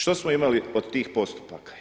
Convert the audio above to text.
Što smo imali od tih postupaka?